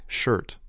shirt